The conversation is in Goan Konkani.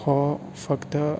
हो फकत